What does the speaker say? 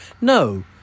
No